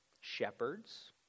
shepherds